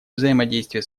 взаимодействие